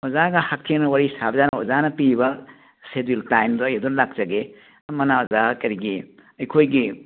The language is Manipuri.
ꯑꯣꯖꯥꯒ ꯍꯛꯊꯦꯡꯅꯅ ꯋꯥꯔꯤ ꯁꯥꯕꯗ ꯑꯣꯖꯥꯅ ꯄꯤꯔꯤꯕ ꯁꯦꯗꯨꯜ ꯇꯥꯏꯝꯗ ꯑꯩ ꯑꯗꯨꯝ ꯂꯥꯛꯆꯒꯦ ꯑꯃꯅ ꯑꯣꯖꯥ ꯀꯔꯤꯒꯤ ꯑꯩꯈꯣꯏꯒꯤ